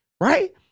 right